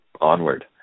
onward